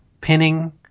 pinning